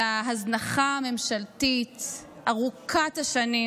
על ההזנחה הממשלתית ארוכת השנים,